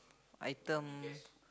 item